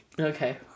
Okay